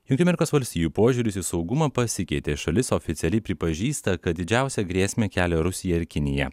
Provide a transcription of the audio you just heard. jungtinių amerikos valstijų požiūris į saugumą pasikeitė šalis oficialiai pripažįsta kad didžiausią grėsmę kelia rusija ir kinija